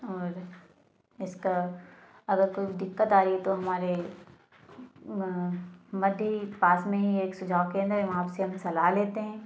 और जिसका अगर कुछ दिक्कत आ रही तो हमारे वहाँ मल्टी पास में ही है एक सुझाव केंद्र वहाँ से भी सलाह लेते हैं